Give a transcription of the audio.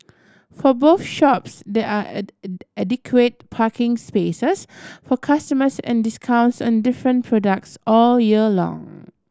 for both shops there are adequate parking spaces for customers and discounts on different products all year long